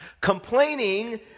Complaining